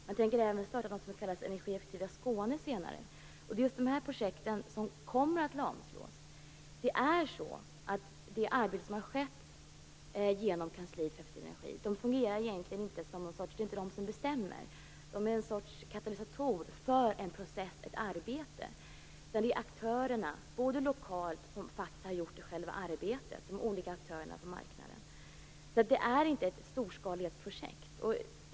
Man tänker senare starta ett projekt som kallas Energieffektiva Skåne. Sådana här projekt kommer att ha en lamslående inverkan. Det är inte de som arbetar inom kansliet för energieffektivare energi som bestämmer. De är ett slags katalysatorer för en process. Det är faktiskt de olika lokala aktörerna på marknaden som har gjort arbetet. Det är alltså inte fråga om ett storskaleprojekt.